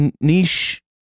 niche